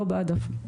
לא בעד אפליה,